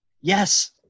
Yes